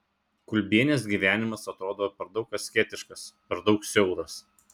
kulbienės gyvenimas atrodo per daug asketiškas per daug siauras